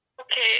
Okay